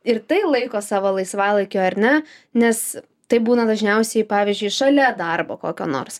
ir tai laiko savo laisvalaikiu ar ne nes taip būna dažniausiai pavyzdžiui šalia darbo kokio nors